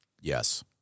Yes